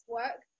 work